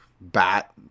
bat